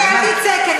אתה הפטרון,